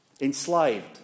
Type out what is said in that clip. Enslaved